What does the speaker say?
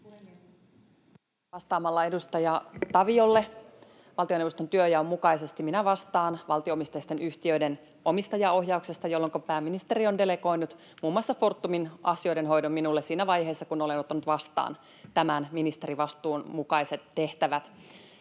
vastaamalla edustaja Taviolle: Valtioneuvoston työnjaon mukaisesti minä vastaan valtio-omisteisten yhtiöiden omistajaohjauksesta, jolloinka pääministeri on delegoinut muun muassa Fortumin asioiden hoidon minulle siinä vaiheessa, kun olen ottanut vastaan tämän ministerivastuun mukaiset tehtävät.